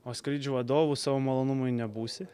o skrydžių vadovu savo malonumui nebūsi